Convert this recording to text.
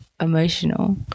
emotional